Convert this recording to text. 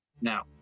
Now